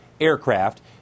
aircraft